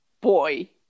boy